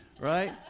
Right